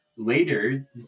Later